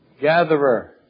Gatherer